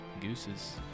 Gooses